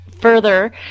further